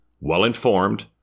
well-informed